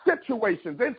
situations